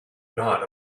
not